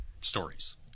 stories